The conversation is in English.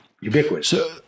ubiquitous